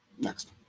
Next